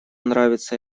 нравится